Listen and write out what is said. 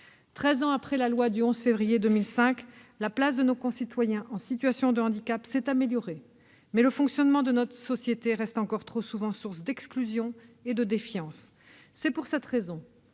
des personnes handicapées, la place de nos concitoyens en situation de handicap s'est améliorée, mais le fonctionnement de notre société reste encore trop souvent source d'exclusion et de défiance. C'est la raison